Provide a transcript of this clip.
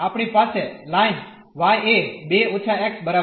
આપણી પાસે line y એ 2 − x બરાબર છે